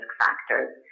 factors